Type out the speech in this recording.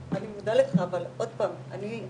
אני מודה לך אבל עוד פעם אני,